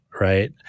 right